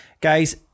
Guys